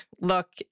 look